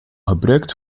gebruikt